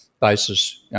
basis